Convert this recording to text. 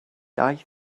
iaith